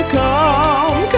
come